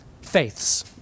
faiths